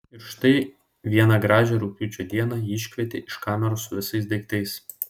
ir štai vieną gražią rugpjūčio dieną jį iškvietė iš kameros su visais daiktais